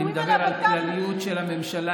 אני מדבר על כלליות של הממשלה,